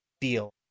deal